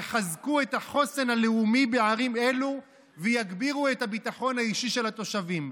יחזקו את החוסן הלאומי בערים אלה ויגבירו את הביטחון האישי של התושבים.